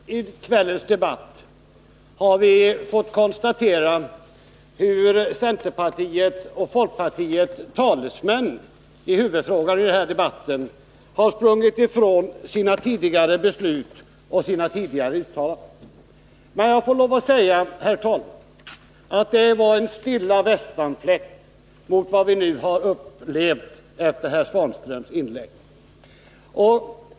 Herr talman! Tidigare i kvällens debatt har vi fått konstaterat hur centerpartiets och folkpartiets talesmän i huvudfrågan i denna debatt har sprungit ifrån sina tidigare beslut och uttalanden. Men jag får säga, herr talman, att det var en stilla västanfläkt jämfört med vad vi nu har fått uppleva genom herr Svanströms inlägg.